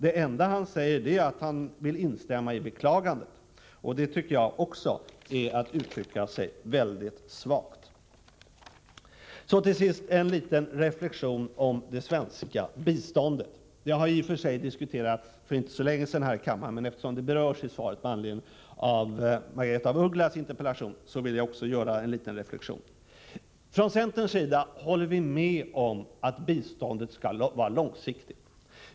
Det enda han säger är att han vill instämma i beklagandet, och det tycker jag också är att uttrycka sig mycket svagt. Det svenska biståndet har i och för sig diskuterats för inte så länge sedan här i kammaren, men eftersom det berörs i svaret med anledning av Margaretha af Ugglas interpellation vill också jag göra en liten reflexion. Från centerns sida håller vi med om att biståndet skall vara långsiktigt.